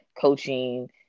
coaching